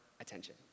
attention